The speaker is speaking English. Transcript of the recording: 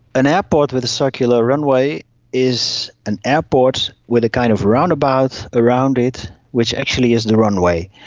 an airport with a circular runway is an airport with a kind of roundabout around it which actually is the runway.